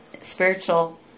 spiritual